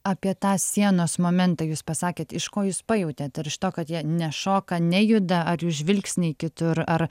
apie tą sienos momentą jūs pasakėt iš ko jūs pajautėt ar iš to kad jie nešoka nejuda ar jų žvilgsniai kitur ar